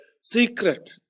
secret